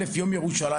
מחר יום ירושלים.